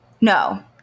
no